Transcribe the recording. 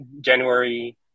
January